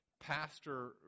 pastor